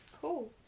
Cool